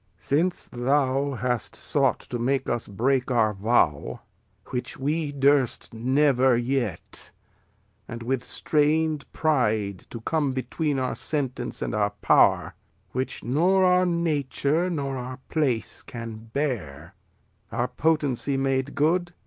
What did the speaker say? since thou hast sought to make us break our vow which we durst never yet and with strain'd pride to come between our sentence and our power which nor our nature nor our place can bear our potency made good,